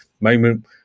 moment